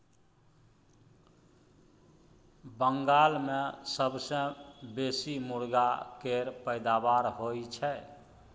बंगाल मे सबसँ बेसी मुरगा केर पैदाबार होई छै